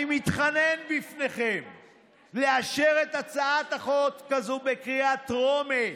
אני מתחנן בפניכם לאשר את הצעת החוק הזאת בקריאה טרומית.